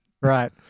Right